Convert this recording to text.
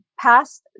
past